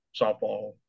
softball